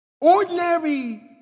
Ordinary